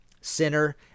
Sinner